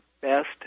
Best